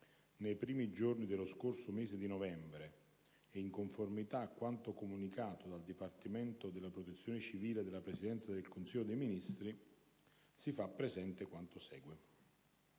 nei primi giorni dello scorso mese di novembre e in conformita a quanto comunicato dal Dipartimento della Protezione civile della Presidenza del Consiglio dei ministri, si fa presente quanto segue.